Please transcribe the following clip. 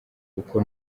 kuko